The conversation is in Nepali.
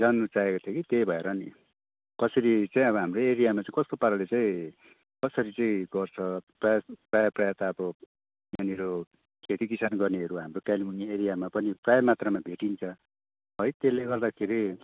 जान्नु चाहेको थिएँ कि त्यही भएर नि कसरी चाहिँ अब हाम्रो एरियामा चाहिँ कस्तो पाराले चाहिँ कसरी चाहिँ गर्छ प्रायः प्रायः प्रायः त अब यहाँनिर खेती किसान गर्नेहरू हाम्रो कालिम्पोङ एरियामा पनि प्रायः मात्रामा भेटिन्छ है त्यसले गर्दाखेरि